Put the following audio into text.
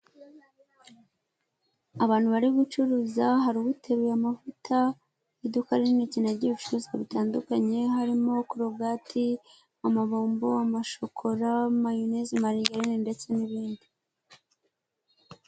Abantu bari gucuruza hari uteruye amavuta iduka rinini cyane ry'ibicuruzwa bitandukanye harimo kurogati, amabombo, amashokora, mayonezi, marigarine ndetse n'ibindi.